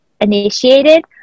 initiated